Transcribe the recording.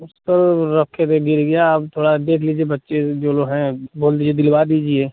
उस पर रखे थे गिर गया अब थोड़ा देख लीजिए बच्चे जो लो हैं बोल दीजिए दिलवा दीजिए